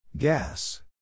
Gas